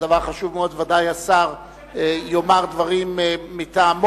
הדבר חשוב מאוד, ובוודאי השר יאמר דברים מטעמו